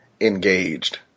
engaged